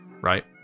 Right